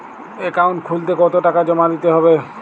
Account খুলতে কতো টাকা জমা দিতে হবে?